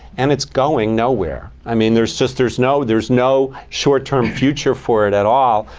and it's going nowhere. i mean, there's just there's no there's no short term future for it at all,